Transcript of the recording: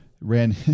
ran